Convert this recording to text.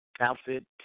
outfit